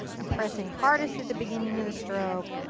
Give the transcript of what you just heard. i'm pressing hardest at the beginning of the stroke,